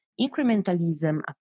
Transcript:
incrementalism